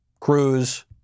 Cruz